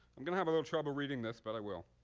i'm going to have little trouble reading this, but i will.